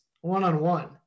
one-on-one